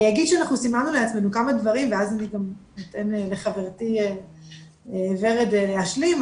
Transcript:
אגיד שסימנו לעצמנו כמה דברים ואז אני גם אתן לחברתי ורד להשלים,